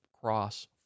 cross